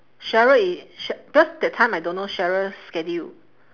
sheryl i~ sher~ because that time I don't know sheryl's schedule